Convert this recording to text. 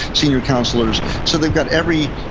senior counselors. so they've got every,